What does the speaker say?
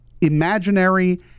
imaginary